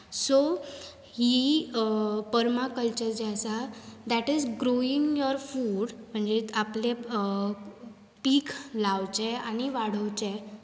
so ही permaculture जें आसा that is growing your food म्हणजें आपलें पीक लावचें आनी वाडोवचें